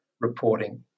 reporting